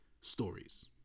stories